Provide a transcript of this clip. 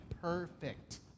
perfect